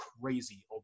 crazy